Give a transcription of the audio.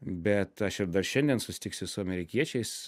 bet aš ir dar šiandien susitiksiu su amerikiečiais